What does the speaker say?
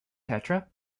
tetra